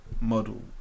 model